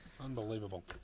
Unbelievable